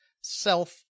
self